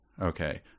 Okay